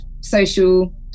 social